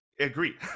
agree